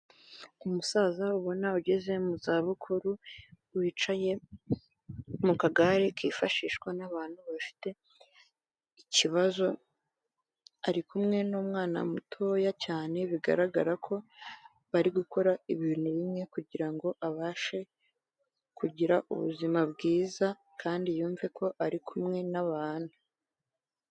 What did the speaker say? Umusaza ubona ugeze mu zabukuru, wicaye mu kagare kifashishwa n'abantu bafite ikibazo, ari kumwe n'umwana mutoya cyane bigaragara ko, bari gukora ibintu bimwe kugira ngo abashe, kugira ubuzima bwiza, kandi yumve ko ari kumwe n'abantu.